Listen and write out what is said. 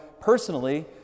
personally